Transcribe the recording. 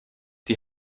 die